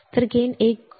ते 1 गेन